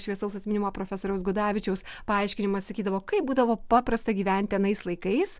šviesaus atminimo profesoriaus gudavičiaus paaiškinimas sakydavo kaip būdavo paprasta gyventi anais laikais